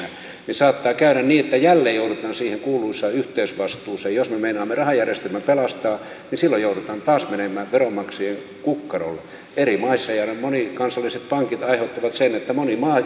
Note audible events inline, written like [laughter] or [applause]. saattaa käydä niin että jälleen joudutaan siihen kuuluisaan yhteisvastuuseen jos me meinaamme rahajärjestelmän pelastaa niin silloin joudutaan taas menemään veronmaksajien kukkarolle eri maissa ja monikansalliset pankit aiheuttavat sen että moni maa [unintelligible]